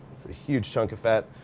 it's a huge chunk of fat.